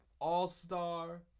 all-star